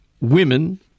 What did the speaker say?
women